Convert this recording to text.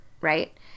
right